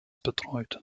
betreut